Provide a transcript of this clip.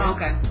Okay